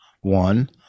one